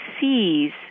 sees